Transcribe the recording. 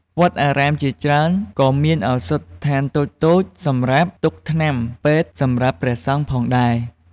វត្តអារាមជាច្រើន ក៏មានឱសថស្ថានតូចៗសម្រាប់ទុកថ្នាំពេទ្យសម្រាប់ព្រះសង្ឃផងដែរ។